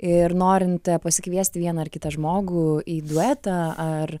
ir norint pasikviesti vieną ar kitą žmogų į duetą ar